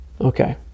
Okay